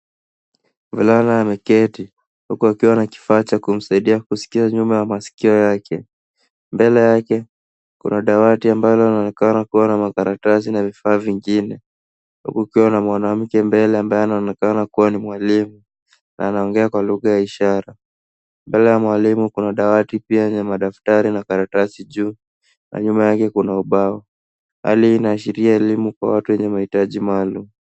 Mvulana ameketi akiwa na kifaa cha kumsaidia kusikia nyuma ya masikio yake. Mbele yake kuna dawati ambalo linaonekana kuwa na makaratasi na vifaa vingine huku kukiwa na mwanamke mbele ambaye anaonekana kuwa ni mwalimu na anaongea kwa lugha ya ishara. Mbele ya mwalimu kuna dawati pia lenye daftari na karatasi juu na nyuma yake kuna ubao. Hali hii inaashiria elimu kwa watu wenye mahitaji maalum.